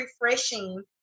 refreshing